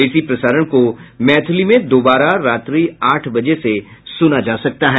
इसी प्रसारण को मैथिली में दोबारा रात्रि आठ बजे से सुना जा सकता है